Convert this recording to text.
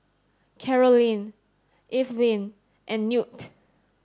Karolyn Evelyn and Newt